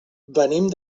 venim